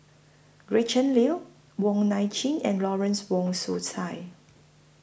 Gretchen Liu Wong Nai Chin and Lawrence Wong Shyun Tsai